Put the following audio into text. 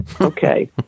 Okay